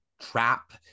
trap